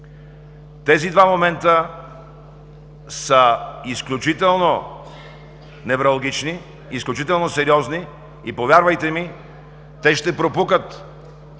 Тези два момента са изключително невралгични, изключително сериозни и, повярвайте ми, те ще пропукат